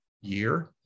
year